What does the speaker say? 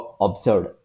observed